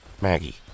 Maggie